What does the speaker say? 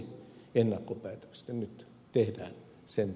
nyt tehdään sen kaltainen